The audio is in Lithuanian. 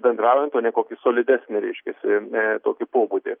bendraujant o ne kokį solidesnį reiškiasi ir ne tokį pobūdį